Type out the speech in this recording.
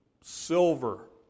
silver